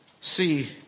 see